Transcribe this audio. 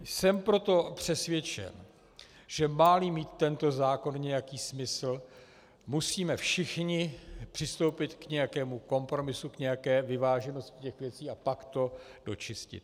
Jsem proto přesvědčen, že máli mít tento zákon nějaký smysl, musíme všichni přistoupit k nějakému kompromisu k nějaké vyváženosti těch věcí a pak to dočistit.